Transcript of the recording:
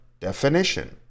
definition